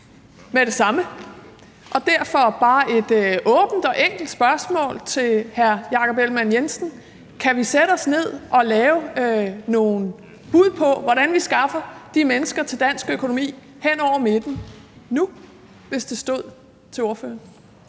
med det samme. Derfor har jeg bare et åbent og enkelt spørgsmål til hr. Jakob Ellemann-Jensen: Kunne vi sætte os ned nu og hen over midten formulere nogle bud på, hvordan vi skaffer de mennesker til dansk økonomi, hvis det stod til ordføreren?